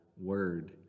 word